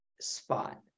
spot